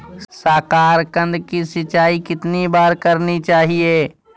साकारकंद की सिंचाई कितनी बार करनी चाहिए?